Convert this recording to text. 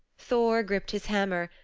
thor gripped his hammer,